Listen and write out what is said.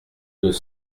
deux